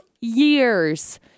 years